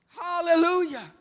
Hallelujah